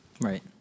Right